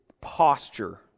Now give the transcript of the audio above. posture